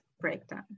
breakdown